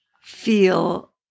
feel